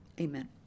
amen